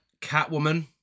Catwoman